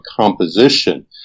composition